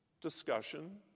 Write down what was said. discussion